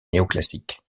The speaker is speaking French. néoclassique